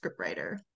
scriptwriter